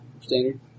standard